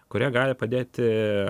kurie gali padėti